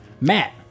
Matt